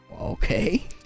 Okay